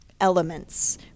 elements